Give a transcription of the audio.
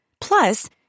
Plus